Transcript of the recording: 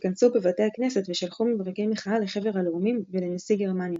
שהתכנסו בבתי הכנסת ושלחו מברקי מחאה לחבר הלאומים ולנשיא גרמניה.